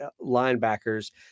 linebackers